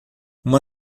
uma